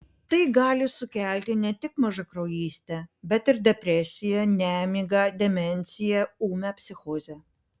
tai gali sukelti ne tik mažakraujystę bet ir depresiją nemigą demenciją ūmią psichozę